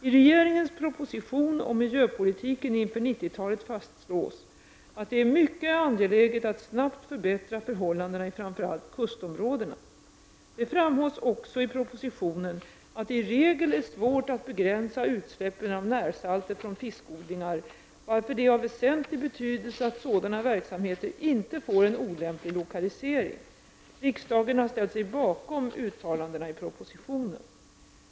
I regeringens proposition om miljöpolitiken inför 90-talet fastslås att det är mycket angeläget att snabbt förbättra förhållandena framför allt i kustområdena. Det framhålls också i propositionen att det i regel är svårt att begränsa utsläppen av närsalter från fiskodlingar, varför det är av väsentlig betydelse att sådana verksamheter inte får en olämplig lokalisering. Riksdagen har ställt sig bakom uttalandena i propositionen.